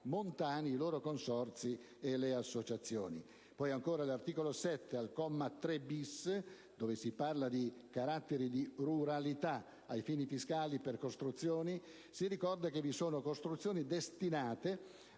montane, i loro consorzi e le associazioni; inoltre l'articolo 7, comma 3-*bis*, dove si parla di caratteri di ruralità ai fini fiscali per costruzioni, ricorda che vi sono costruzioni destinate